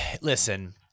listen